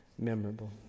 memorable